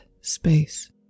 space